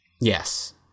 Yes